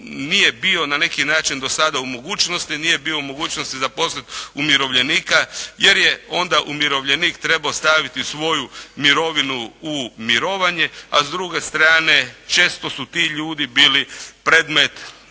nije bio na neki način do sada u mogućnosti. Nije bio u mogućnosti zaposliti umirovljenika, jer je onda umirovljenik trebao ostaviti svoju mirovinu u mirovanje, a s druge strane često su ti ljudi bili predmet rada